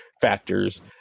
factors